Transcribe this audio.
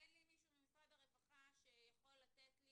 אין לי מישהו ממשרד הרווחה שיכול לתת לי